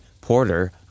Porter